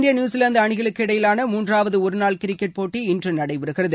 India New Zealand அணிகளுக்கு இடையிலான மூன்றாவது ஒருநாள் கிரிக்கெட் போட்டி இன்று நடைபெறுகிறது